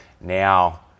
now